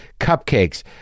cupcakes